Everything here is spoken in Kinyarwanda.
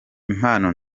impano